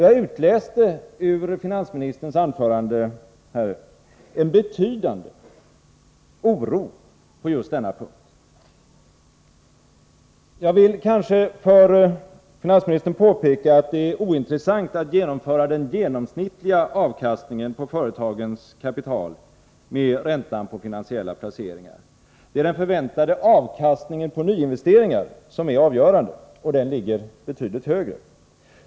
Jag utläste också ur finansministerns anförande en betydande oro på just den punkten. Jag vill kanske för finansministern påpeka att det är ointressant att jämföra den genomsnittliga avkastningen på företagens kapital med räntan på finansiella placeringar. Det är den förväntade avkastningen på nyinvesteringar som är avgörande, och där ligger kraven betydligt högre.